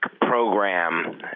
program